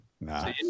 nah